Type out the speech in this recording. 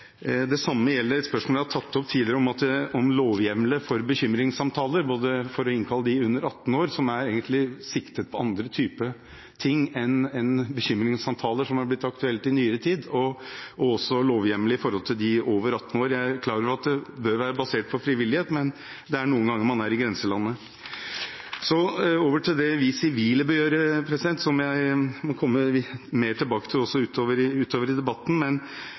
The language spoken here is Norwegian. Det samme gjelder et spørsmål jeg har tatt opp tidligere, om lovhjemler for bekymringssamtaler, både for dem under 18 år som egentlig er inne for andre ting enn bekymringssamtaler – som er blitt aktuelt i nyere tid – og også lovhjemler med tanke på dem over 18 år. Jeg er klar over at det bør være basert på frivillighet, men noen ganger er man i grenseland. Så over til det vi sivile bør gjøre, som jeg også må komme mer tilbake til utover i